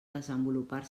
desenvolupar